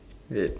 wait